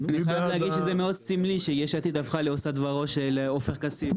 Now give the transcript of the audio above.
זה מאוד סמלי שיש עתיד הפכה לעושה דברו של עופר כסיף.